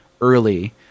early